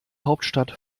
hauptstadt